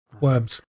Worms